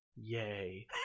yay